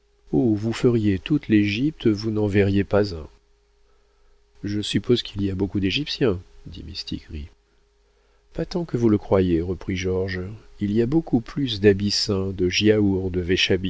vous feriez toute l'égypte vous n'en verriez pas un je suppose qu'il y a beaucoup d'égyptiens dit mistigris pas tant que vous le croyez reprit georges il y a beaucoup plus d'abyssins de